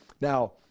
Now